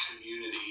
community